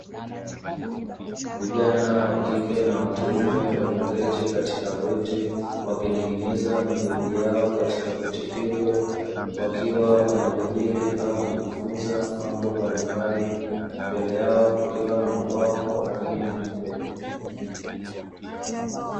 Vijana wakike na wakiume wameketi katika viti wakining'iniza mabegi yao katika viti hivyo, wakiwa wanajadili au kujifunza mambo mbalimbali. Mbele yao kukiwa na ubao mweupe.